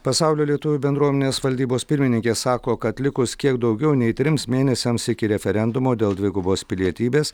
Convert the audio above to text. pasaulio lietuvių bendruomenės valdybos pirmininkė sako kad likus kiek daugiau nei trims mėnesiams iki referendumo dėl dvigubos pilietybės